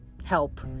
help